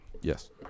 Yes